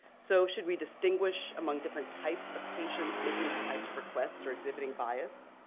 so should we distinguish among different types of patients making these types of requests or exhibiting bias?